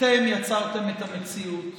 יצרתם את המציאות